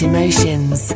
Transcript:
Emotions